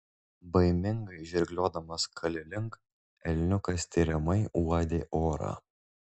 baimingai žirgliodamas kali link elniukas tiriamai uodė orą